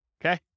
Okay